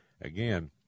Again